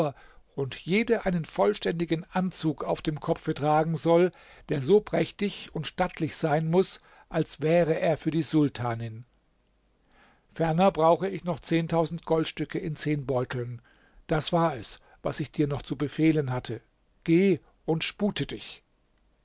und jede einen vollständigen anzug auf dem kopfe tragen soll der so prächtig und stattlich sein muß als wäre er für die sultanin ferner brauche ich noch zehntausend goldstücke in zehn beuteln das war es was ich dir noch zu befehlen hatte geh und spute dich